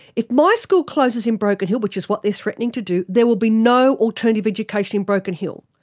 if my school closes in broken hill, which is what they are threatening to do, there will be no alternative education in broken hill.